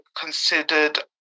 considered